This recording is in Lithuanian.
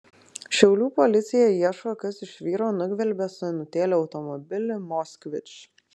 šiaulių policija ieško kas iš vyro nugvelbė senutėlį automobilį moskvič